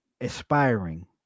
aspiring